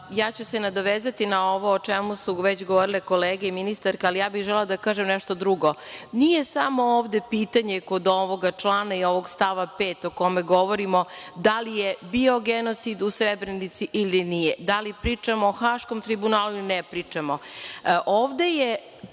ću se nadovezati na ovo o čemu su već govorile kolege i ministarka, ali bih želela da kažem nešto drugo. Nije samo ovde pitanje kod ovoga člana i ovog stava 5. o kome govorimo da li je bio genocid u Srebrenici ili nije, da li pričamo o Haškom tribunalu ili ne pričamo. Ovde je